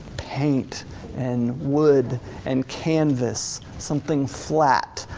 paint and wood and canvas, something flat,